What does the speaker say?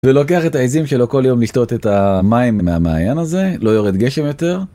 ולוקח את העיזים שלו כל יום לשתות את המים מהמעיין הזה, לא יורד גשם יותר.